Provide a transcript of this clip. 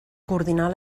coordinar